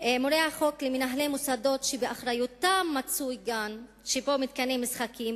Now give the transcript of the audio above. מורה החוק המוצע למנהלי מוסדות שבאחריותם גן שבו מתקני משחקים,